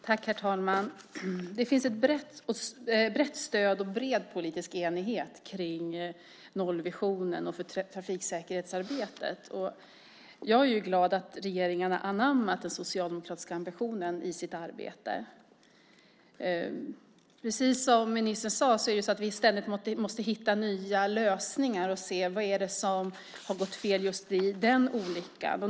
Herr talman! Det finns ett brett stöd och en bred politisk enighet kring nollvisionen och trafiksäkerhetsarbetet. Jag är glad åt att regeringen har anammat den socialdemokratiska ambitionen i sitt arbete. Precis som ministern sade måste vi hitta nya lösningar och se vad det är som har gått fel just i den olyckan.